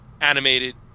animated